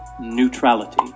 neutrality